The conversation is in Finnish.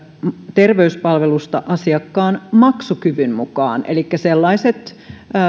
terveyspalvelusta asiakkaan maksukyvyn mukaan elikkä sellaiset